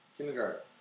Kindergarten